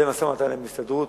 זה משא-ומתן עם ההסתדרות.